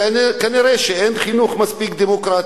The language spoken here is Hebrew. כנראה אין מספיק חינוך דמוקרטי,